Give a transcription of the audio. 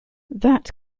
that